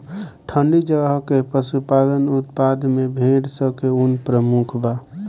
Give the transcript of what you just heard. ठंडी जगह के पशुपालन उत्पाद में भेड़ स के ऊन प्रमुख बा